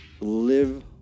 live